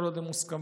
כל עוד הן מוסכמות.